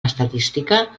estadística